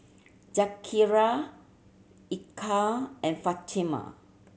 Zakaria Eka and Fatimah